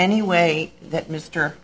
any way that m